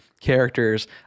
characters